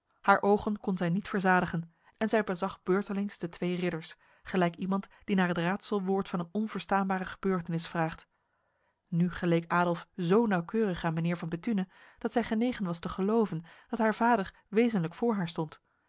haar ogen kon zij niet verzadigen en zij bezag beurtelings de twee ridders gelijk iemand die naar het raadselwoord van een onverstaanbare gebeurtenis vraagt nu geleek adolf zo nauwkeurig aan mijnheer van bethune dat zij genegen was te geloven dat haar vader wezenlijk voor haar stond